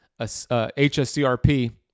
HSCRP